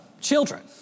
children